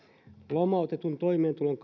lomautetun toimeentulon